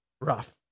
rough